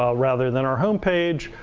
um rather than our homepage,